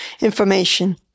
information